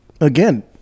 again